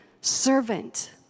servant